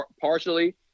partially